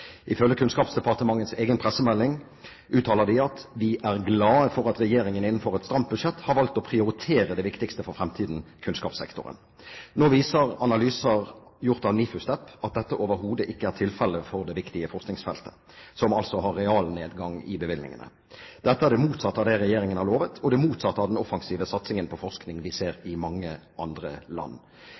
at regjeringa innanfor eit stramt budsjett har valt å prioritere det viktigste for framtida, kunnskapssektoren». Nå viser analyser gjort av NIFU STEP at dette overhodet ikke er tilfellet for viktige forskningsfelter, som altså har en realnedgang i bevilgningene. Dette er det motsatte av hva regjeringen har lovet, og det motsatte av den offensive satsingen på forskning som vi ser i mange andre land.